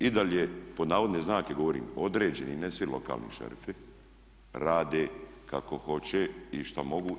I dalje, pod navodne znake govorim, određeni ne svi "lokalni šerifi" rade kako hoće i što mogu.